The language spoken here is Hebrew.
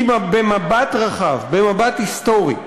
כי במבט רחב, במבט היסטורי,